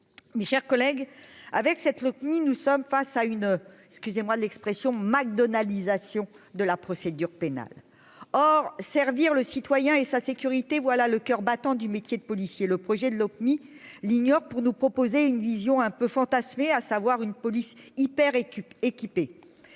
mais chers collègues avec cette ni nous sommes face à une excusez-moi l'expression, Mac Donald isolation de la procédure pénale, or servir le citoyen et sa sécurité, voilà le coeur battant du métier de policier, le projet de l'autre mis l'ignore pour nous proposer une vision un peu fantasmer à savoir une police hyper récup'équipés,